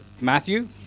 Matthew